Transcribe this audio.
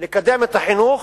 לקדם את החינוך,